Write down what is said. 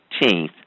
18th